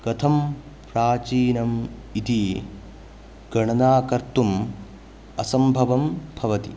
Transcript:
कथं प्राचीनम् इति गणनाकर्तुम् असम्भवं भवति